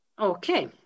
okay